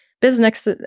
business